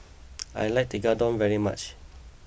I like Tekkadon very much